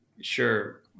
sure